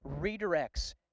redirects